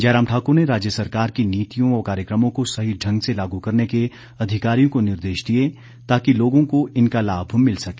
जयराम ठाकुर ने राज्य सरकार की नीतियों व कार्यक्रमों को सही ढंग से लागू करने के अधिकारियों को निर्देश दिए ताकि लोगों को इनका लाभ मिल सके